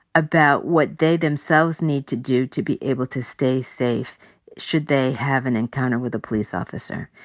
about what they themselves need to do to be able to stay safe should they have an encounter with a police officer.